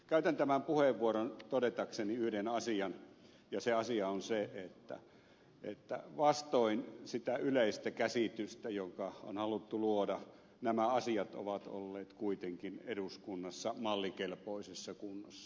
käytän tämän puheenvuoron todetakseni yhden asian ja se asia on se että vastoin sitä yleistä käsitystä joka on haluttu luoda nämä asiat ovat olleet kuitenkin eduskunnassa mallikelpoisessa kunnossa